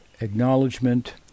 acknowledgement